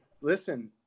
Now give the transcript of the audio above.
listen